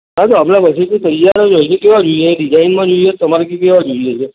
આપણા પાસે તૈયાર જ હોય છે ડિઝાઈનમાં જોઈએ તમારે કે કેવા જોઈએ છે